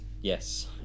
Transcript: Yes